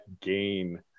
gain